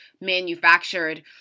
manufactured